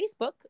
Facebook